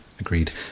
Agreed